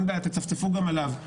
תצפצפו גם עליו.